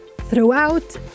throughout